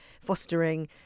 fostering